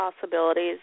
Possibilities